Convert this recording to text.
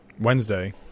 Wednesday